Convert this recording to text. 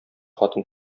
хатын